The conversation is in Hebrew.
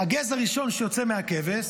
הגז הראשון שיוצא מהכבש